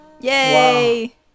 Yay